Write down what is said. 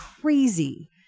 crazy